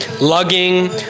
lugging